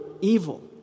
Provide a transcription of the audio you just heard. evil